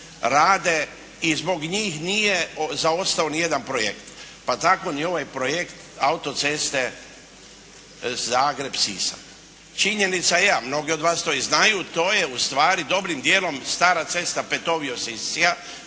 rade i zbog njih nije zaostao niti jedan projekt. Pa tako ni ovaj projekt autoceste Zagreb-Sisak. Činjenica je, a mnogi od vas to i znaju, to je ustvari dobrim dijelom stara cesta Petovje-Siscia,